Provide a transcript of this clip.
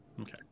Okay